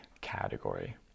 category